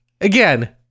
again